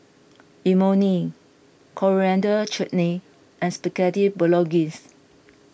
Imoni Coriander Chutney and Spaghetti Bolognese